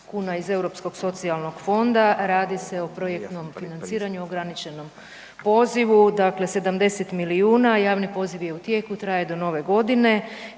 kuna iz Europskog socijalnog fonda. Radi se o projektnom financiranju ograničenom pozivu. Dakle, 70 milijuna, javni poziv je u tijeku. Traje do nove godine